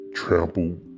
trampled